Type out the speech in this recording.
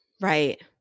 Right